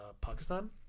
Pakistan